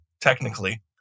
technically